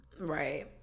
Right